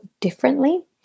differently